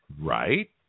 Right